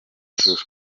ijuru